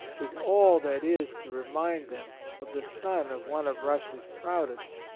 is all that is to remind them of the son of one of russia's proudest,